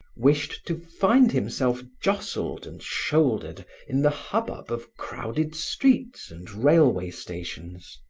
wished to find himself jostled and shouldered in the hubbub of crowded streets and railway stations.